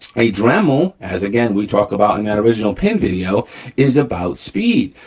a dremel, as again, we talk about in that original pin video is about speed,